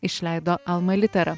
išleido alma litera